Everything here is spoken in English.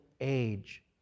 age